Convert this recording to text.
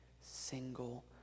single